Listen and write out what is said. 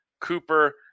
Cooper